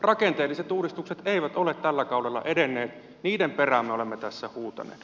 rakenteelliset uudistukset eivät ole tällä kaudella edenneet niiden perään me olemme tässä huutaneet